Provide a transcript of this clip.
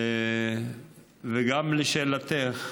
וגם לשאלתך,